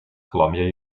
columbia